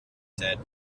said